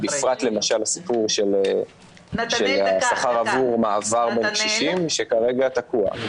בפרט למשל הסיפור של השכר עבור מעבר בין קשישים שכרגע תקוע.